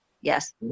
yes